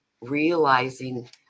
realizing